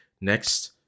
next